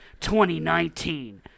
2019